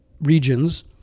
regions